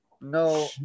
No